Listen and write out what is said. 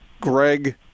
Greg –